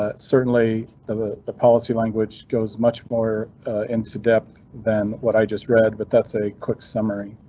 ah certainly the the policy language goes much more into depth. then what i just read, but that's a quick summary.